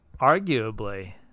Arguably